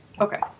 Okay